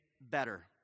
better